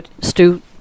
Stu